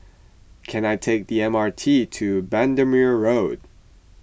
can I take the M R T to Bendemeer Road